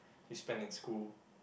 you spend in school